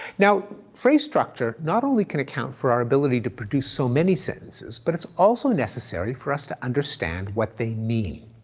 now, phrase structure not only can account for our ability to produce so many sentences, but it's also necessary for us to understand what they mean.